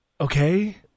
okay